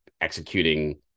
executing